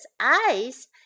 eyes